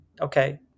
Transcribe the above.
okay